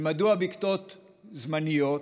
מדוע בקתות זמניות?